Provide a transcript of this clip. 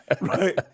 right